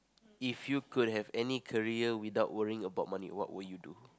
if you could have any career without worrying about money what will you do